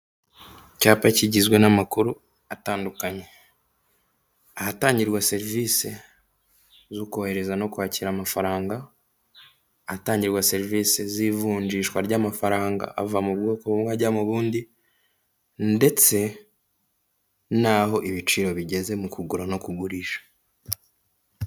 Icyapa kigizwe n’amakuru atandukanye ahatangirwa serivisi zo kohereza no kwakira amafaranga. Ahatangirwa serivisi z’ivunjishwa ry’amafaranga ava mu bwoko bumwe ajya mu bundi, ndetse naho ibiciro bigeze mu kugura no kugurisha.